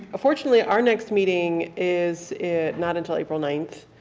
fortunately, our next meeting is not until april nine.